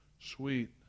sweet